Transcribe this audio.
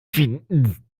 finden